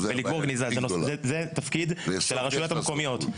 זה תפקיד של הרשויות המקומיות,